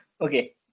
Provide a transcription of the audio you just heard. okay